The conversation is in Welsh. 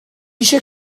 eisiau